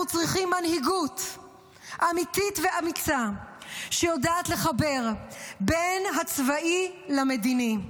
אנחנו צריכים מנהיגות אמיתית ואמיצה שיודעת לחבר בין הצבאי למדיני.